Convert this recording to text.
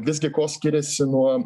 visgi kuo skiriasi nuo